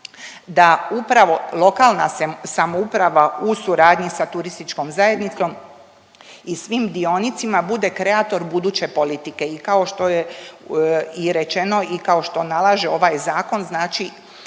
da upravo lokalna samouprava u suradnji sa turističkom zajednicom i svim dionicima bude kreator buduće politike i kao što je i rečeno i kao što nalaže ovaj Zakon, znači